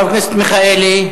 חבר הכנסת אברהם מיכאלי.